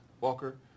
Walker